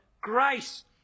grace